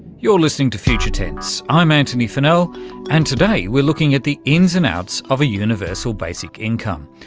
you're listening to future tense, i'm antony funnell and today we're looking at the ins and outs of a universal basic income,